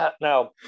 Now